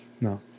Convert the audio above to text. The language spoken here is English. No